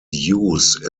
use